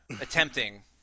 Attempting